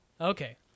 Okay